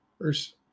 Verse